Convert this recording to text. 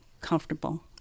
comfortable